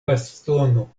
bastono